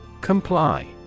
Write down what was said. Comply